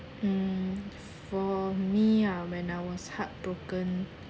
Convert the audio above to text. mm for me ah when I was heartbroken